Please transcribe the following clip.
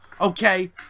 okay